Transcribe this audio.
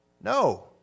No